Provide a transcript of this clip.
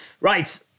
right